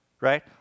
right